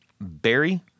Barry